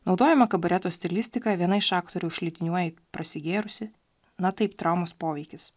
naudojama kabareto stilistika viena iš aktorių šlitiniuoja prasigėrusi na taip traumos poveikis